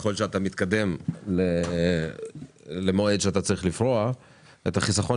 ככל שאתה מתקדם למועד שאתה צריך לפרוע את החיסכון